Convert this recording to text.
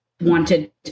wanted